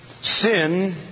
Sin